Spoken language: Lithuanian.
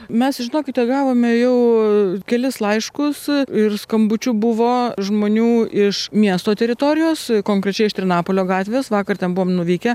mes žinokite gavome jau kelis laiškus ir skambučių buvo žmonių iš miesto teritorijos konkrečiai iš trinapolio gatvės vakar ten buvom nuvykę